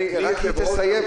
היא רק תסיים אדוני,